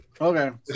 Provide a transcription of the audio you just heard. Okay